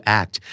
act